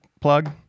plug